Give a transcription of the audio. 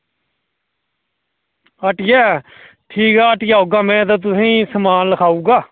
हट्टियै ठीक ऐ हट्टियै औगा में ते तुसेंगी समान लखाई ओड़गा